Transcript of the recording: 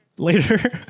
later